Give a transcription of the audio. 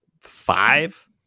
five